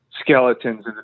skeletons